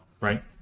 right